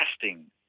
testing